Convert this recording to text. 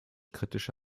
kritische